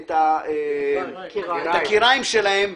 את הכיריים שלהם,